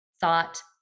thought